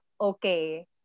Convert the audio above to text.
okay